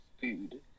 food